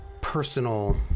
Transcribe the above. personal